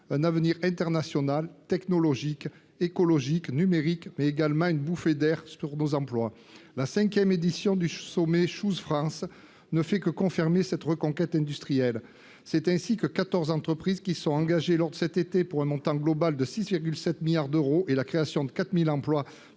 un avenir international, technologique, écologique et numérique, ce qui offre une bouffée d'air à nos emplois. La cinquième édition du sommet ne fait que confirmer cette reconquête industrielle. C'est ainsi que quatorze entreprises se sont engagées pour un montant global de 6,7 milliards d'euros et la création de 4 000 emplois